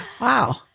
Wow